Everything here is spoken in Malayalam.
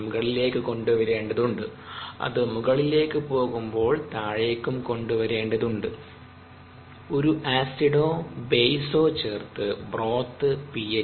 എച്ച് മുകളിലേക്ക് കൊണ്ടുവരേണ്ടതുണ്ട് അത് മുകളിലേക്ക് പോകുമ്പോൾ താഴേക്കും കൊണ്ടുവരേണ്ടതുണ്ട് ഒരു ആസിഡോ ബേസോ ചേർത്ത് ബ്രോത്ത് പി